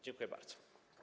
Dziękuję bardzo.